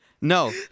No